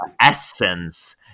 essence